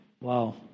Wow